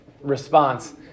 response